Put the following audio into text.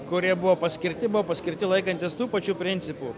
kurie buvo paskirti buvo paskirti laikantis tų pačių principų